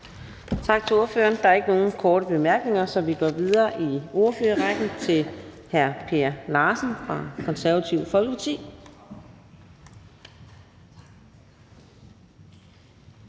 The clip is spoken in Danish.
Tak til ordføreren. Der er ikke nogen korte bemærkninger, så vi går videre i ordførerrækken til hr. Kim Edberg Andersen, Nye